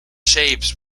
shapes